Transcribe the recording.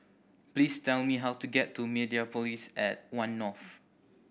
please tell me how to get to Mediapolis at One North